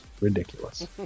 ridiculous